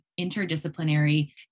interdisciplinary